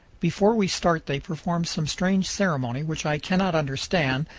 before we start they perform some strange ceremony which i cannot understand,